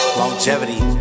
longevity